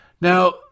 Now